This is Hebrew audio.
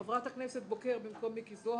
חברת הכנסת בוקר במקום מיקי זוהר.